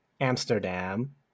Amsterdam